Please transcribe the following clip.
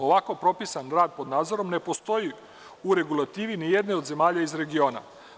Ovako propisan rad pod nadzorom ne postoji u regulativi ni jedne od zemalja iz regiona.